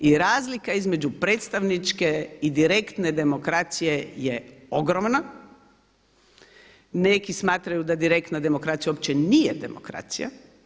I razlika između predstavničke i direktne demokracije je ogromna, neki smatraju da direktna demokracija uopće nije demokracija.